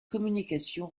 communication